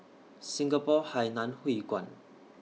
Singapore Hainan Hwee Kuan